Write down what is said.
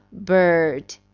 bird